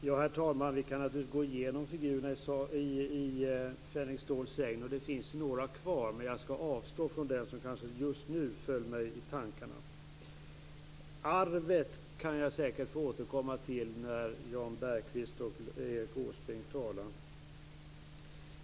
Herr talman! Vi kan naturligtvis gå igenom figurerna i Fänrik Ståls sägner, och det finns några kvar, men jag skall avstå från att nämna den som just nu föll mig i tankarna. Arvet kan jag säkert få återkomma till när jag har hört Jan Bergqvist och Erik Åsbrink tala.